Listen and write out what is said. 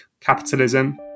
capitalism